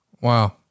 Wow